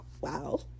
wow